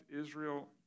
Israel